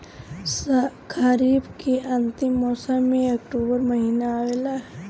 खरीफ़ के अंतिम मौसम में अक्टूबर महीना आवेला?